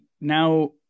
now